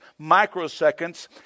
microseconds